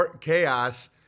chaos